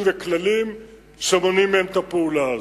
וכללים שמונעים מהן את הפעולה הזאת.